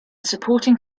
supporting